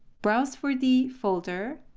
browse for the folder.